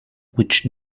which